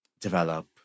develop